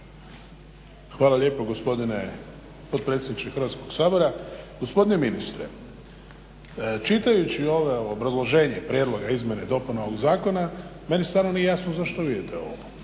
Hvala lijepo gospodine potpredsjedniče Hrvatskog sabora. Gospodine ministre, čitajući ovo obrazloženje prijedloga izmjena i dopuna ovog zakona, meni stvarno nije jasno zašto … ovo,